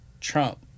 Trump